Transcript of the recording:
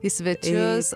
į svečius